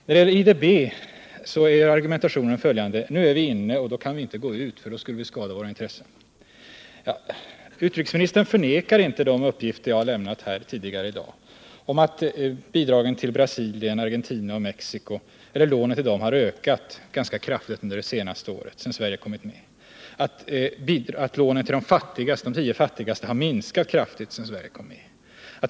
När det gäller IDB är argumentationen följande: Nu är vi inne, och då kan vi inte gå ur — då skulle vi skada våra intressen. Utrikesministern förnekar inte de uppgifter jag har lämnat här tidigare i dag. Lånen till Brasilien, Argentina och Mexico har ökat kraftigt sedan Sverige kom med. Lånen till de tio fattigaste länderna har minskat kraftigt sedan Sverige kom med.